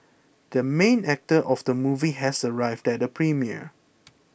the main actor of the movie has arrived at the premiere